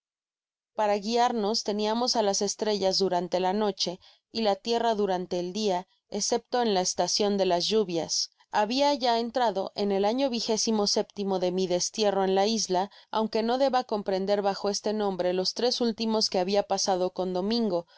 para guiarnos teniamos á las estrellas durante la noche y la tierra durante el dia escepto en la estacion de las lluvias entonces nadie trataba de viajar ni por mar ni por tierra habia ya entrado en el año vigésimo séptimo de mi destierro en la isla aunque no deba comprender bajo este nombre los tres últimos que habia pasado con domingo